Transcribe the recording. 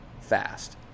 fast